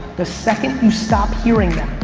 the second you stop hearing that,